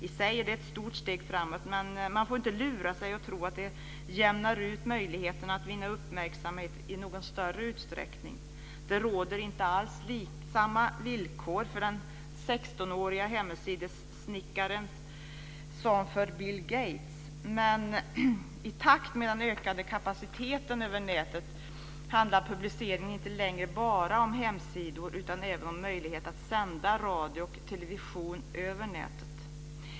I sig är det ett stort steg framåt, men man får inte lura sig att tro att det jämnar ut möjligheterna att vinna uppmärksamhet i någon större utsträckning. Det råder inte alls samma villkor för den 16-åriga hemsidessnickaren som för Bill Gates. Men i takt med den ökade kapaciteten över nätet handlar publicering inte längre bara om hemsidor utan även om möjlighet att sända radio och television över nätet.